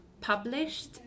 published